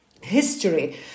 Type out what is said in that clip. history